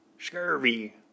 Scurvy